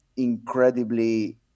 incredibly